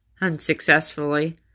unsuccessfully